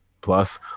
Plus